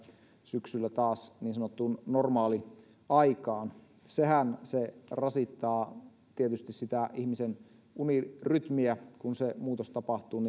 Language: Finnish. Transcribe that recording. syksyllä taas niin sanottuun normaaliaikaan sehän se rasittaa tietysti sitä ihmisen unirytmiä kun se muutos tapahtuu